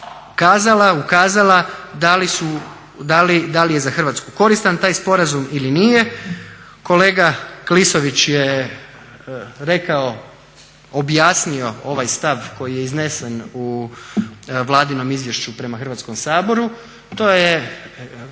li su, da li je za Hrvatsku koristan taj sporazum ili nije. Kolega Klisović je rekao, objasnio ovaj stav koji je iznesen u vladinom izvješću prema Hrvatskom saboru. To je